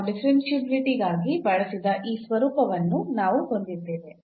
ನಾವು ಡಿಫರೆನ್ಷಿಯಾಬಿಲಿಟಿ ಗಾಗಿ ಬಳಸಿದ ಆ ಸ್ವರೂಪವನ್ನು ನಾವು ಹೊಂದಿದ್ದೇವೆ